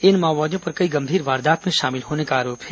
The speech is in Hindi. इन माओवादियों पर कई गंभीर वारदातों में शामिल होने का आरोप है